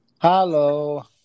Hello